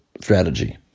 strategy